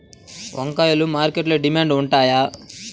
వంకాయలు మార్కెట్లో డిమాండ్ ఉంటాయా?